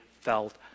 felt